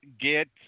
get